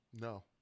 No